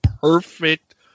perfect